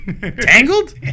Tangled